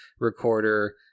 recorder